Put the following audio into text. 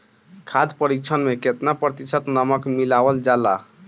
खाद्य परिक्षण में केतना प्रतिशत नमक मिलावल जाला?